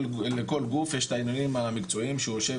לכל גוף יש את העניינים המקצועיים שהוא יושב